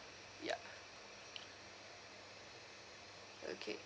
ya okay